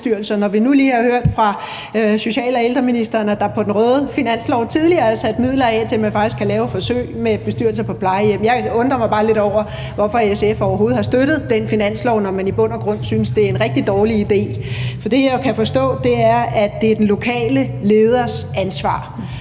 når vi nu lige har hørt fra social- og ældreministeren, at der på den røde finanslov tidligere er sat midler af til, at man faktisk kan lave forsøg med bestyrelser på plejehjem. Jeg undrer mig bare lidt over, hvorfor SF overhovedet har støttet den finanslov, når man i bund og grund synes, det er en rigtig dårlig idé. For det, jeg kan forstå, er, at det er den lokale leders ansvar.